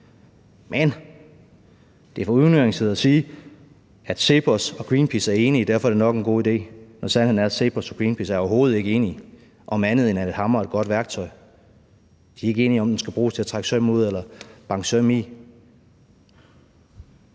Men det er for unuanceret at sige, at CEPOS og Greenpeace er enige, og derfor er det nok en god idé, når sandheden er, at CEPOS og Greenpeace overhovedet ikke er enige om andet, end at en hammer er et godt værktøj. De er ikke enige om, om den skal bruges til at trække søm ud eller banke søm i.